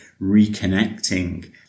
reconnecting